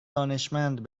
دانشمند